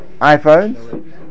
iPhones